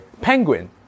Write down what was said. Penguin